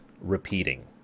repeating